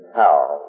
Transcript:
power